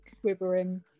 quivering